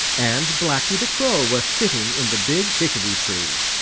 and blacky the crow was sitting in the big hickory-tree.